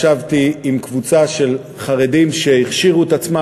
ישבתי עם קבוצה של חרדים שהכשירו את עצמם,